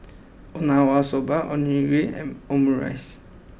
Okinawa soba Onigiri and Omurice